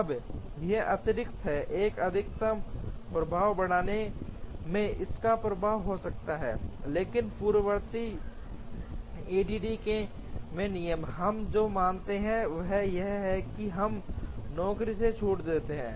अब यह अतिरिक्त है 1 अधिकतम प्रभाव बढ़ाने में इसका प्रभाव हो सकता है लेकिन पूर्ववर्ती ईडीडी में नियम हम जो मानते हैं वह यह है कि हम नौकरी से छूट देते हैं